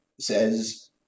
says